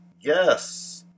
Yes